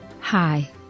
Hi